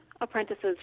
apprentices